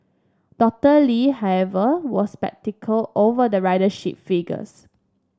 Doctor Lee however was sceptical over the ridership figures